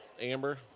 Amber